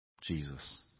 Jesus